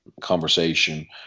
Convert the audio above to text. conversation